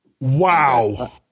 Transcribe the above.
Wow